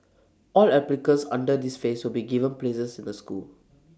all applicants under this phase will be given places in the school